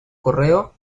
correo